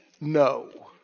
No